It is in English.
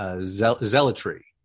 zealotry